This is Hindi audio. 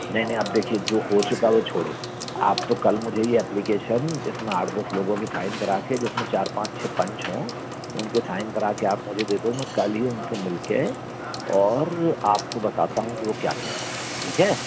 नहीं नहीं आप देखिए जो हो चुका है वो छोड़ो आप तो कल मुझे ये ऐप्लिकेशन इसमें आठ दस लोगों की साइन करा के जिसमें चार पांच छ पंच हों उनके साइन करा के आप मुझे दे दो मैं कल ही उनसे मिलके और आपको बताता हूँ कि वो क्या कहते हैं ठीक है